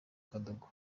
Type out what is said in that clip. kadogo